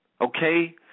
okay